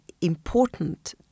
important